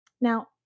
Now